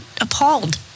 appalled